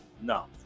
No